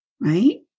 right